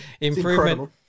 improvement